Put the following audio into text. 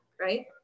right